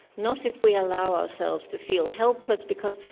not if we allow ourselves to feel helpless because,